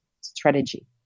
strategy